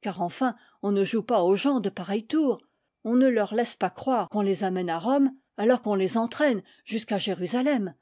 car enfin on ne joue pas aux gens de pareils tours on ne leur laisse pas croire qu'on les mène à rome alors qu'on les entraîne jusqu'à jérusalem